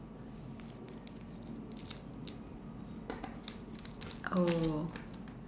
oh